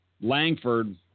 Langford